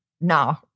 no